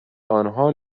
آنها